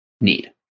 need